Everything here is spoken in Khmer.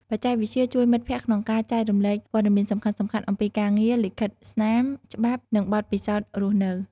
បច្ចេកវិទ្យាជួយមិត្តភ័ក្តិក្នុងការចែករំលែកព័ត៌មានសំខាន់ៗអំពីការងារ លិខិតស្នាម ច្បាប់ និងបទពិសោធន៍រស់នៅ ។